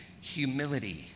humility